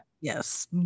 Yes